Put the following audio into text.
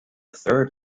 third